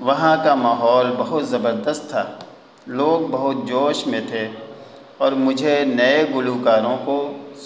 وہاں کا ماحول بہت زبردست تھا لوگ بہت جوش میں تھے اور مجھے نئے گلوکاروں کو